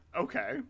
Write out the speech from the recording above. Okay